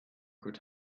could